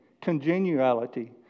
congeniality